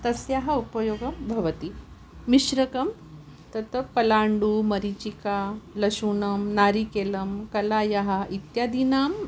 तस्याः उपयोगः भवति मिश्रकं तत् पलाण्डुः मरिचिका लशुनं नारिकेलं कलायः इत्यादीनाम्